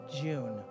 June